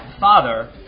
Father